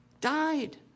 Died